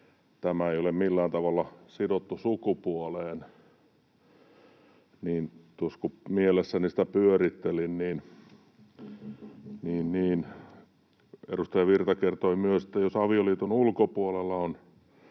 tämä ei ole millään tavalla sidottu sukupuoleen. Tuossa kun mielessäni sitä pyörittelin, niin edustaja Virta kertoi myös, että jos avioliiton ulkopuolella on